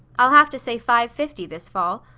i'll have to say five-fifty this fall.